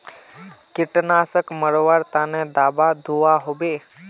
कीटनाशक मरवार तने दाबा दुआहोबे?